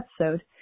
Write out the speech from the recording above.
episode